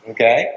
Okay